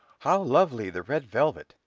how lovely the red velvet,